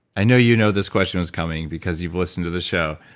i know you know this question was coming, because you've listened to the show,